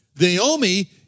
Naomi